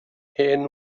hen